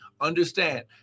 understand